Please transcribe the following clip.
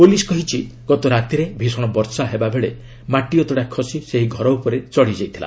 police କହିଛି ଗତରାତିରେ ଭୀଷଣ ବର୍ଷା ହେବାବେଳେ ମାଟି ଅତଡ଼ା ଖସି ସେହି ଘର ଉପରେ ଚଢ଼ିଯାଇଥିଲା